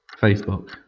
Facebook